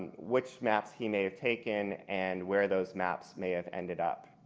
which maps he may have taken, and where those maps may have ended up.